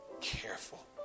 careful